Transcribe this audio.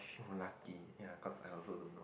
oh lucky cause ya I also don't know